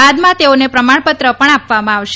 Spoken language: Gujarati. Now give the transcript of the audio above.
બાદમાં તેઓને પ્રમાણપત્ર પણ આપવામાં આવશે